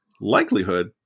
likelihood